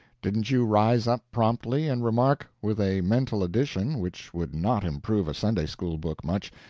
didn't you rise up promptly and remark, with a mental addition which would not improve a sunday-school book much,